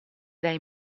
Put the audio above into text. dai